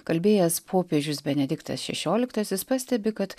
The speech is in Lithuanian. kalbėjęs popiežius benediktas šešioliktasis pastebi kad